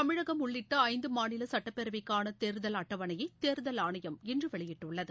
தமிழகம் உள்ளிட்ட இந்து மாநில சட்டப்பேரவைக்கான தேர்தல் அட்டவணையை தேர்தல் ஆணையம் இன்று வெளியிட்டுள்ளது